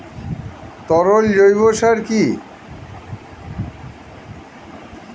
তরল জৈব সার কি?